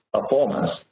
performance